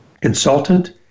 consultant